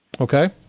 Okay